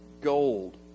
gold